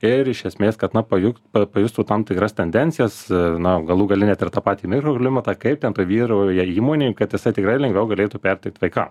ir iš esmės kad na pajuk pajustų tam tikras tendencijas na galų gale net ir tą patį mikroklimatą kaip ten toj vyrauja įmonėj kad jisai tikrai lengviau galėtų perteikt vaika